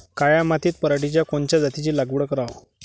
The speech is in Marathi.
काळ्या मातीत पराटीच्या कोनच्या जातीची लागवड कराव?